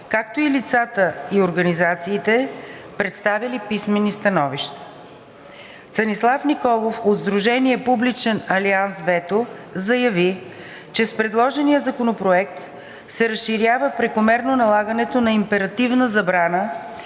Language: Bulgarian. както и лицата и организациите, представили писмени становища. Цанислав Николов от Сдружение „Публичен алианс ВЕТО“ заяви, че с предложения законопроект се разширява прекомерно налагането на императивна забрана,